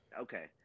okay